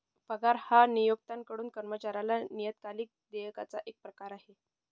पगार हा नियोक्त्याकडून कर्मचाऱ्याला नियतकालिक देयकाचा एक प्रकार आहे